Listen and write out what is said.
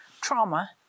trauma